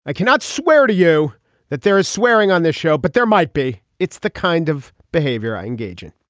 i cannot swear to you that there is swearing on this show, but there might be. it's the kind of behavior i engage in